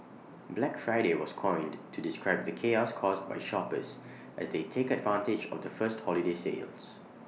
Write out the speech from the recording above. Black Friday was coined to describe the chaos caused by shoppers as they take advantage of the first holiday sales